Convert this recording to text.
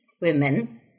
women